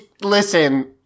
listen